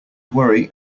worry